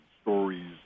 stories